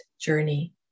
journey